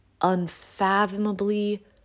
unfathomably